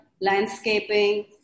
landscaping